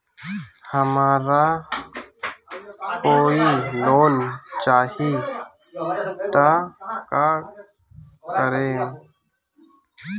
हमरा कोई लोन चाही त का करेम?